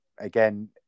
again